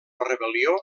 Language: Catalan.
rebel·lió